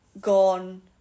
gone